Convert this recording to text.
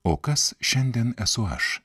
o kas šiandien esu aš